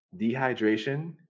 dehydration